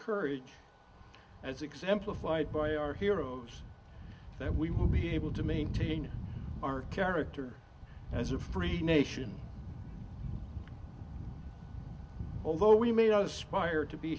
courage as exemplified by our heroes that we will be able to maintain our character as a free nation although we may not aspire to be